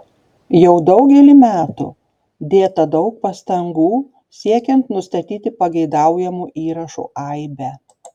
jau daugelį metų dėta daug pastangų siekiant nustatyti pageidaujamų įrašų aibę